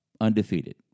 undefeated